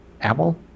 Apple